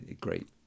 great